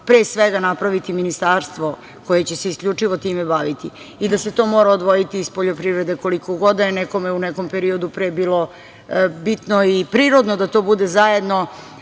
pre svega napraviti ministarstvo koje će se isključivo time baviti i da se to mora odvojiti iz poljoprivrede koliko god da je nekome u nekom periodu pre bilo bitno i prirodno da to bude zajedno,